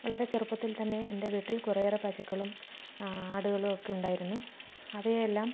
വളരെ ചെറുപ്പത്തിൽ തന്നെ എൻ്റെ വീട്ടിൽ കുറെയേറെ പശുക്കളും ആടുകളുമൊക്കെ ഉണ്ടായിരുന്നു അവയെല്ലാം